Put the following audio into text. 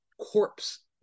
corpse